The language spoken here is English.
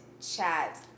Chat